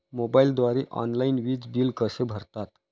मोबाईलद्वारे ऑनलाईन वीज बिल कसे भरतात?